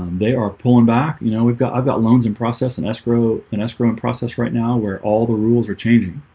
they are pulling back. you know, we've got i've got loans in process an escrow an escrow in process right now we're all the rules are changing